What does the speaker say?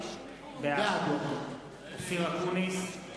בעד אופיר אקוניס,